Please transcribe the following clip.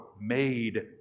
made